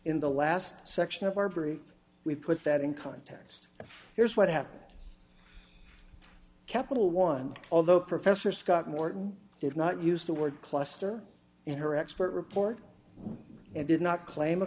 in the last section of our group we put that in context here's what happened at capital one although professor scott morton did not use the word cluster in her expert report and did not claim a